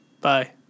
Bye